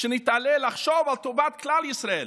שנתעלה לחשוב על טובת כלל ישראל